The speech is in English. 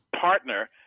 partner